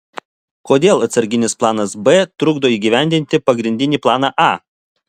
kodėl atsarginis planas b trukdo įgyvendinti pagrindinį planą a